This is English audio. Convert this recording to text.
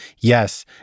yes